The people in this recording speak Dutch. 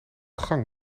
gang